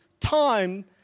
time